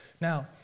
Now